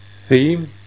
theme